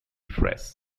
fresh